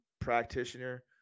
practitioner